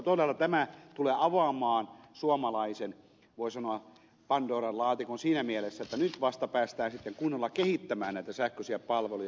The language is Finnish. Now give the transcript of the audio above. todella tämä tulee avaamaan suomalaisen voi sanoa pandoran laatikon siinä mielessä että nyt vasta päästään sitten kunnolla kehittämään näitä sähköisiä palveluja